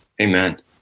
Amen